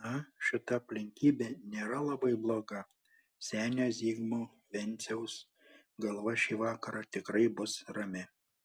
na šita aplinkybė nėra labai bloga senio zigmo venciaus galva šį vakarą tikrai bus rami